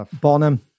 Bonham